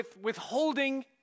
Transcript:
withholding